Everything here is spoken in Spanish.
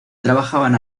trabajaban